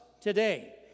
today